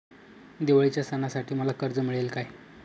दिवाळीच्या सणासाठी मला कर्ज मिळेल काय?